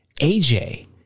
AJ